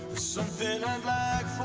something i'd like